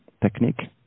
technique